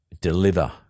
deliver